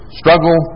struggle